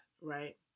right